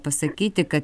pasakyti kad